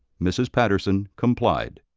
mrs. patterson complied.